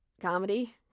comedy